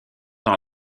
dans